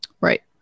Right